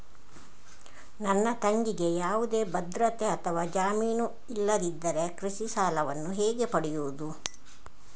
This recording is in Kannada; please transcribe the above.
ನನ್ನ ತಂಗಿಗೆ ಯಾವುದೇ ಭದ್ರತೆ ಅಥವಾ ಜಾಮೀನು ಇಲ್ಲದಿದ್ದರೆ ಕೃಷಿ ಸಾಲವನ್ನು ಹೇಗೆ ಪಡೆಯುದು?